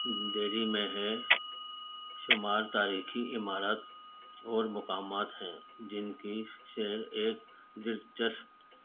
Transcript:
دہلی میں ہیں شمار تاریخی عمارات اور مقامات ہیں جن کی سیر ایک دلچسپ